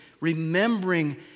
remembering